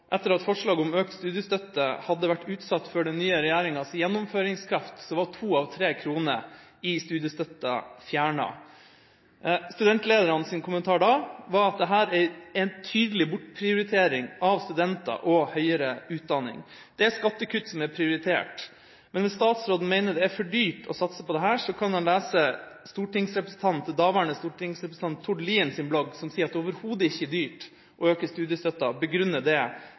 etter at forslaget om økt studiestøtte hadde vært utsatt for den nye regjeringas gjennomføringskraft, var to av tre kroner i studiestøtta fjernet. Studentledernes kommentar var da at dette er en tydelig bortprioritering av studenter og høyere utdanning. Det er skattekutt som er prioritert. Men hvis statsråden mener det er for dyrt å satse på dette, kan han lese daværende stortingsrepresentant Tord Liens blogg. Lien skriver at det overhodet ikke er dyrt å øke studiestøtta og begrunner det